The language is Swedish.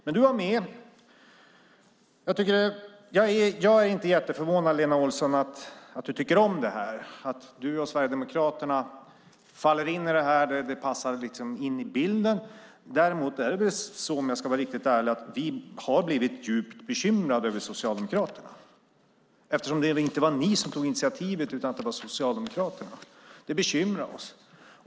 Men du var med. Jag är inte jätteförvånad, Lena Olsson, över att du tycker om det här. Att du och Sverigedemokraterna faller in i det här passar liksom in i bilden. Däremot har vi, om jag ska vara riktigt ärlig, blivit djupt bekymrade över Socialdemokraterna, eftersom det inte var ni som tog initiativet utan Socialdemokraterna. Det bekymrar oss.